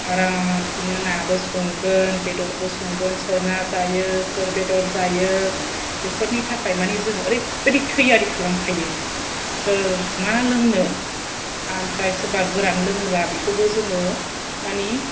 आराम बिदिनो नाबो संगोन बेदरबो संगोन सोर ना जायो सोर बेदर जायो बेफोरनि थाखाय मानि जों एरैबादि थैयारि खालामखायो सोर मा लोंनो आमफ्राय सोरबा गोरान लोङोबा बेखौबो जोङो मानि